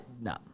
no